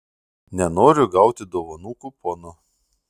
nenoriu gauti dovanų kupono